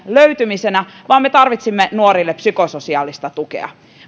löytymisenä vaan me tarvitsemme nuorille psykososiaalista tukea